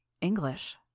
English